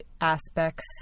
aspects